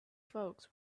folks